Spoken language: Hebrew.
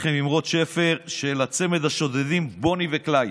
שפר של צמד השודדים בוני וקלייד.